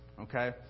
Okay